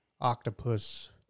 octopus